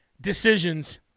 decisions